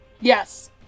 Yes